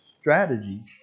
strategy